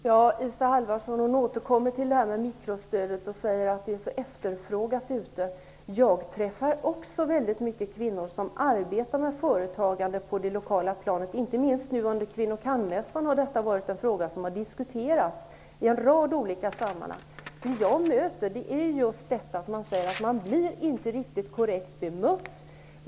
Herr talman! Isa Halvarsson återkommer till mikrostödet och säger att det är så efterfrågat. Också jag träffar många kvinnor som arbetar med företagande på det lokala planet. Inte minst har det diskuterats i en rad sammanhang på Kvinnor-kanmässan. Jag får höra att kvinnorna inte blir riktigt korrekt bemötta.